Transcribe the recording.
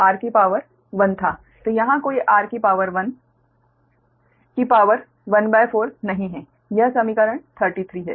तो यहाँ कोई r शक्ति 1 भागित 4 नहीं है यह समीकरण 33 सही है